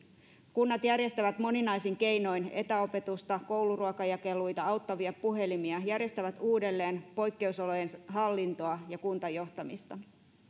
kunnat järjestävät moninaisin keinoin etäopetusta kouluruokajakeluita auttavia puhelimia järjestävät uudelleen poikkeusolojen hallintoa ja kuntajohtamista